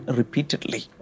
repeatedly